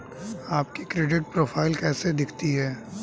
आपकी credit profile कैसी दिखती है?